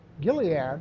Gilead